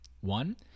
One